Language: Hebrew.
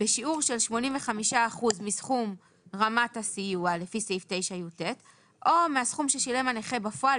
בשיעור של 85% מסכום רמת הסיוע לפי סעיף 9יט או מהסכום ששילם בפועל,